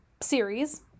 series